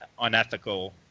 unethical